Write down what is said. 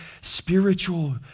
spiritual